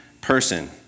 person